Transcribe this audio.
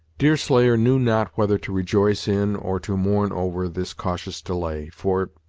deerslayer knew not whether to rejoice in or to mourn over this cautious delay, for,